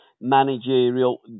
managerial